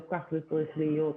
לא כך זה צריך להיות.